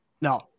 No